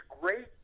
great